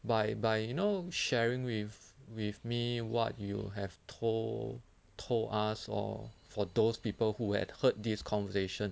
by by you know sharing with with me what you have told told us orh for those people who had heard this conversation